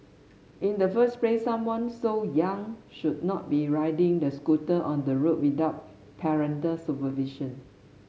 in the first place someone so young should not be riding the scooter on the road without parental supervision